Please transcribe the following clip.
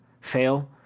fail